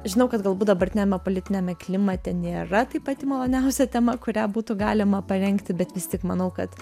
žinau kad galbūt dabartiniame politiniame klimate nėra tai pati maloniausia tema kurią būtų galima parengti bet vis tik manau kad